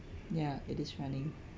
ya it is running